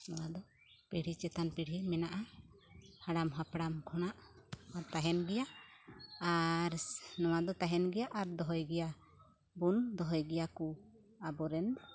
ᱱᱚᱣᱟ ᱫᱚ ᱯᱤᱲᱦᱤ ᱪᱮᱛᱟᱱ ᱯᱤᱲᱦᱤ ᱢᱮᱱᱟᱜᱼᱟ ᱦᱟᱲᱟᱢ ᱦᱟᱯᱲᱟᱢ ᱠᱷᱚᱱᱟᱜ ᱟᱨ ᱛᱟᱦᱮᱱ ᱜᱮᱭᱟ ᱟᱨ ᱱᱚᱣᱟ ᱫᱚ ᱛᱟᱦᱮᱱ ᱜᱮᱭᱟ ᱟᱨ ᱫᱚᱦᱚᱭ ᱜᱮᱭᱟ ᱵᱚᱱ ᱫᱚᱦᱚᱭ ᱜᱮᱭᱟ ᱠᱚ ᱟᱵᱚ ᱨᱮᱱ